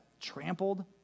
trampled